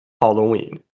Halloween